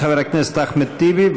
חבר הכנסת אחמד טיבי,